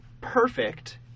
perfect